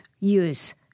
use